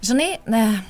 žinai na